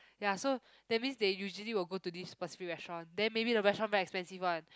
ya so that means they usually will go to this specific restaurant then maybe the restaurant very expensive one